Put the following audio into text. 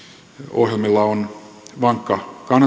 ohjelmilla on vankka